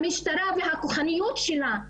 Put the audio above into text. המשטרה והכוחניות שלה,